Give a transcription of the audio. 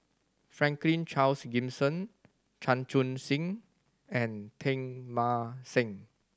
Franklin Charles Gimson Chan Chun Sing and Teng Mah Seng